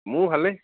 মোৰ ভালেই